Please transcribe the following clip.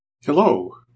Hello